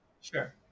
Sure